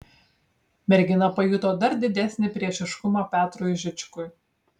mergina pajuto dar didesnį priešiškumą petrui žičkui